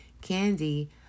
Candy